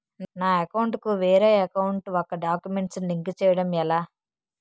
నా అకౌంట్ కు వేరే అకౌంట్ ఒక గడాక్యుమెంట్స్ ను లింక్ చేయడం ఎలా?